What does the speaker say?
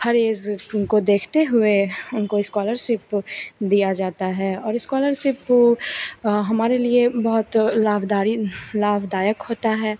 हर age उनको देखते हुए उनको इस्कॉलरशिप दिया जाता है और इस्कॉलरसिप हमारे लिए बहुत लाभदारी लाभदायक होता है